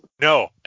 No